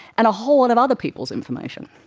and a whole lot of other people's information